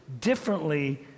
differently